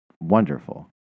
wonderful